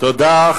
תודה.